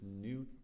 new